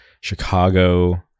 Chicago